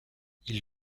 ils